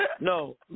No